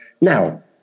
Now